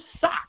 suck